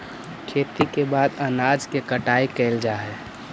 खेती के बाद अनाज के कटाई कैल जा हइ